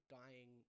dying